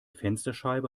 fensterscheibe